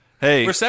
Hey